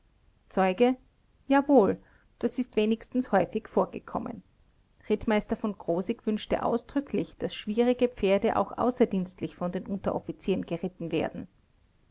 zeuge jawohl das ist wenigstens häufig vorgekommen rittmeister v krosigk wünschte ausdrücklich daß schwierige pferde auch außerdienstlich von den unteroffizieren geritten werden